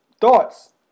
Thoughts